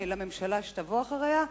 לממשלה שתבוא אחריהן,